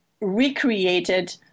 recreated